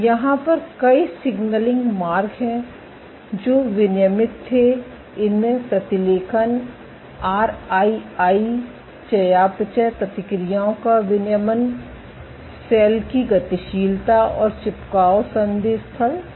यहाँ पर कई सिग्नलिंग मार्ग हैं जो विनियमित थे इनमें प्रतिलेखन आरआईआई चयापचय प्रक्रियाओं का विनियमन सेल की गतिशीलता और चिपकाव संधि स्थल शामिल है